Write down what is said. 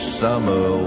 summer